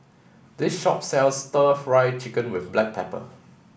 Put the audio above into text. this shop sells stir fry chicken with black pepper